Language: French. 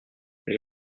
les